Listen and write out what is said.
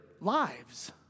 lives